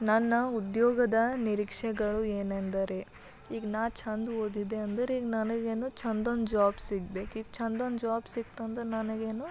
ನನ್ನ ಉದ್ಯೋಗದ ನಿರೀಕ್ಷೆಗಳು ಏನೆಂದರೆ ಈಗ ನಾ ಛಂದ್ ಓದಿದೆ ಅಂದ್ರೆ ಈಗ ನನಗೇನು ಛಂದೊಂದು ಜಾಬ್ ಸಿಗ್ಬೇಕು ಈಗ ಛಂದೊಂದು ಜಾಬ್ ಸಿಕ್ತಂದ್ರೆ ನನಗೇನು